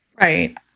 Right